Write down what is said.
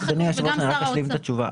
אדוני היושב-ראש, אני אשלים את התשובה.